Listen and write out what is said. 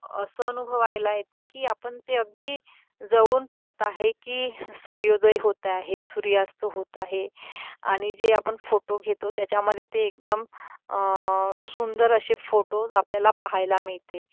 असं अनुभवायला येते की आपण ते अगदी जवळून पाहत आहे की सूर्योदय होत आहे सूर्यास्त होत आहे आणि जे आपण फोटो घेतो त्याच्यामध्ये ते एकदम सुंदर असे फोटोज आपल्याला पाहायला मिळते